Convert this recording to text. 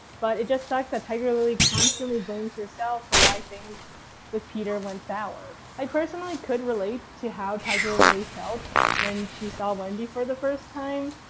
but it just sucks that tiger lily constantly blames herself for why things with peter went sour. i personally could relate to how tiger lily felt when she saw wendy for the first time.